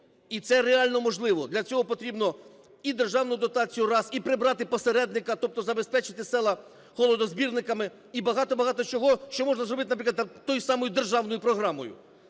І це реально можливо. Для цього потрібно і державну дотацію – раз, і прибрати посередника, тобто забезпечити села холодозбірниками, і багато-багато чого, що можна зробити, наприклад, той самою державною програмою.